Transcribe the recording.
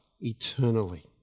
eternally